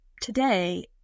Today